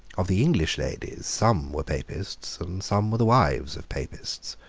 of the english ladies some were papists, and some were the wives of papists.